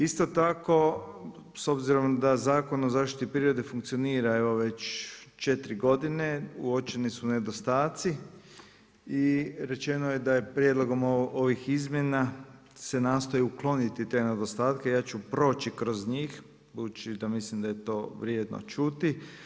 Isto tako, s obzirom da Zakon o zaštiti prirode funkcionira evo već 4 godine, uočeni su nedostaci i rečeno je da je prijedlogom ovih izmjena se nastoji ukloniti te nedostatke, ja ću proći kroz njih budući da mislim da je to vrijedno čuti.